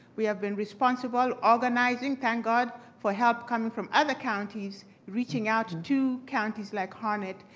we have been responsible organizing, thank god, for help coming from other counties reaching out to counties like harnett.